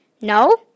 No